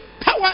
Power